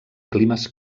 climes